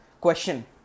question